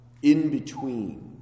in-between